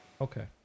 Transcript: Okay